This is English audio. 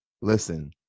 Listen